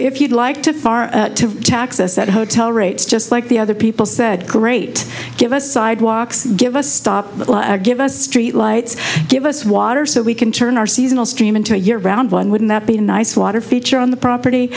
if you'd like to far to tax us that hotel rates just like the other people said great give us sidewalks give us stop give us street lights give us water so we can turn our seasonal stream into year round one wouldn't that be nice water feature on the property